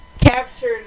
captured